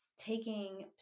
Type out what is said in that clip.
taking